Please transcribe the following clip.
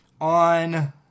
on